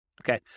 Okay